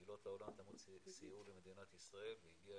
קהילות העולם סייעו למדינת ישראל והגיעה